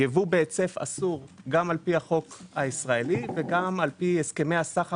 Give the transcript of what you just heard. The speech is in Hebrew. ייבוא בהיצף אסור גם לפי החוק הישראלי וגם לפי הסכמי הסחר